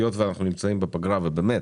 היות ואנחנו נמצאים בפגרה ובאמת